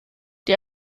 die